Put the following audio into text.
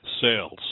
sales